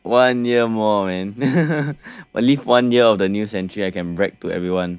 one year more man will live one year of the new century I can brag to everyone